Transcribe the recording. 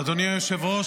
אדוני היושב-ראש,